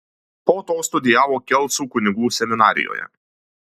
po to studijavo kelcų kunigų seminarijoje